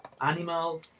animal